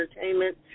entertainment